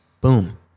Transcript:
Boom